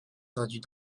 traduit